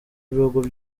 y’ibihugu